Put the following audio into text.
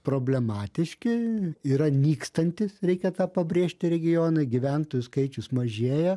problematiški yra nykstantys reikia tą pabrėžti regionai gyventojų skaičius mažėja